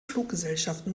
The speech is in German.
fluggesellschaften